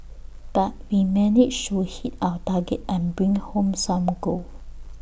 but we managed hit our target and bring home some gold